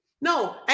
No